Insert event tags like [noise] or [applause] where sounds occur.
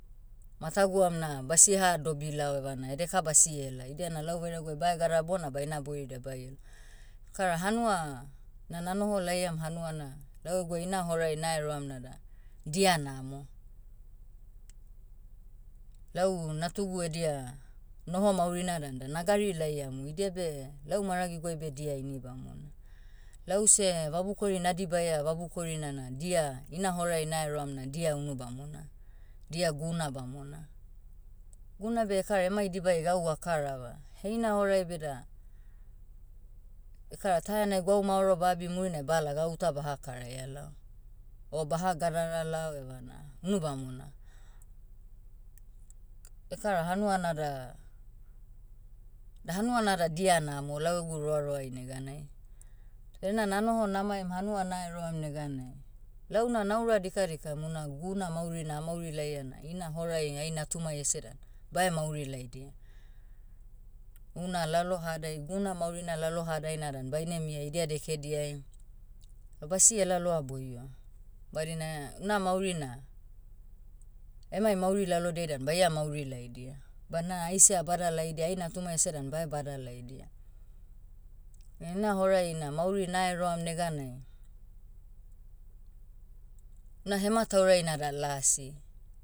Mataguam na basieha dobi lao evana edeka basiela. Idiana lau vairaguai bae gadara bona baina boiridia baiela. Ekara hanua, na nanoho laiam hanuana, lau eguai ina horai naeroam nada, dia namo. Lau natugu edia, noho maurina dan da nagarai laiamu idia beh, lau maragiguai beh dia ini bamona. Lause vabukori nadibaia vabukorina na dia ina horai naeroam na dia unu bamona. Dia guna bamona. Guna beh ekara emai dibai gau akarava. Heina horai beda, ekara ta enai gwau maoro ba abi mmurina bala gauta baha karaia lao. O baha gadara lao evana, unu bamona. Ekara hanua nada, da hanua nada dia namo lau egu roaroai neganai. Ena nanoho namaim hanua naeroam neganai, launa naura dikadikam una guna maurina amauri laia na ina horai ai natumai ese dan, bae mauri laidia. Una lalohadai guna maurina lalohadaina dan baine mia idia dekediai, o basie laloa boio. Badina, una mauri na, emai mauri lalodiai dan baia mauri laidia. Ban na aise abada laidia ai natumai ese dan bae bada laidia. [hesitation] ina horai na mauri naeroam neganai, na hemataurai nada lasi.